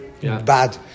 bad